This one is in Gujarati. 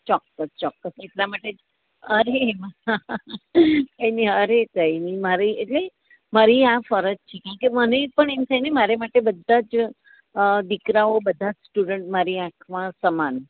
ચોક્કસ ચોક્કસ એટલા માટે જ અરે એમાં એને અરે કંઈ નહીં મારી એટલે મારી આ ફરજ છે કારણ કે મને પણ છે ને મારે માટે બધા જ દીકરાઓ બધાજ સ્ટુડન્ટ મારી આંખમાં સમાન